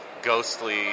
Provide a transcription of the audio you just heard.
ghostly